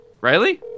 Riley